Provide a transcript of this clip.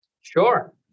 Sure